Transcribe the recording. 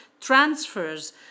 transfers